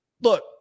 look